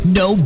no